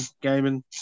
gaming